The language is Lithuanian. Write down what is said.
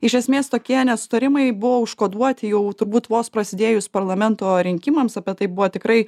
iš esmės tokie nesutarimai buvo užkoduoti jau turbūt vos prasidėjus parlamento rinkimams apie tai buvo tikrai